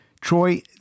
Troy